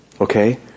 Okay